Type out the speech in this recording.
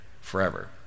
forever